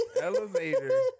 Elevator